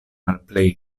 malplej